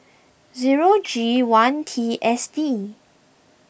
zero G one T S D